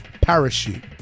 parachute